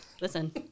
Listen